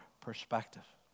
perspective